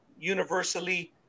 universally